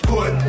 Put